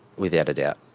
without a doubt.